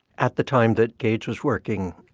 at the time that gage was working,